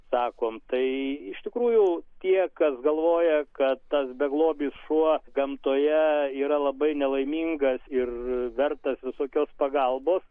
sakom tai iš tikrųjų tie kas galvoja kad tas beglobis šuo gamtoje yra labai nelaimingas ir vertas visokios pagalbos